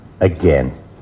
again